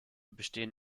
bestehen